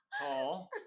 Tall